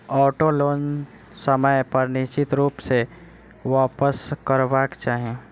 auto loan समय पर निश्चित रूप सॅ वापसकरबाक चाही